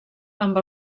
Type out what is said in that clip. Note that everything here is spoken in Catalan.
amb